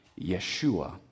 Yeshua